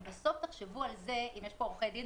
בסוף תחשבו על זה אם יש בינינו עורכי דין